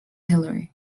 hilary